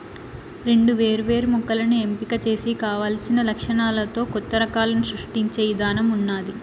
రెండు వేరు వేరు మొక్కలను ఎంపిక చేసి కావలసిన లక్షణాలతో కొత్త రకాలను సృష్టించే ఇధానం ఉన్నాది